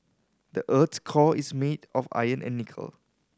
the earth's core is made of iron and nickel